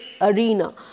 arena